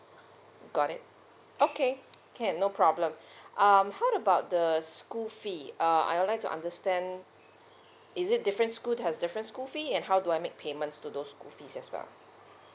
got it okay can no problem um how about the school fee uh I'd like to understand is it different school they has different school fee and how do I make payments to those school fee as well